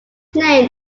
named